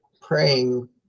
praying